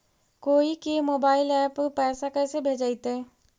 कोई के मोबाईल पर पैसा कैसे भेजइतै?